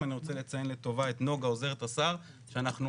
אני רוצה לציין לטובה את נגה עוזרת השר שאנחנו